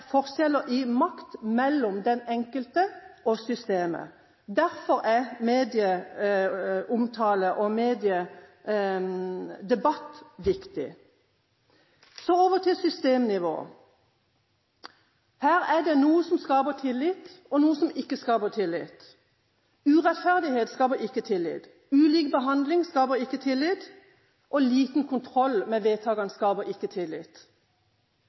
forskjeller i makt mellom den enkelte og systemet. Derfor er medieomtale og mediedebatt viktig. Så over til systemnivå. Her er det noe som skaper tillit, og noe som ikke skaper tillit. Urettferdighet skaper ikke tillit. Ulik behandling skaper ikke tillit. Og liten kontroll med vedtakene skaper ikke tillit.